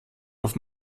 auf